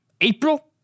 April